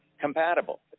compatible